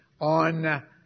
on